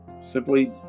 Simply